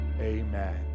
amen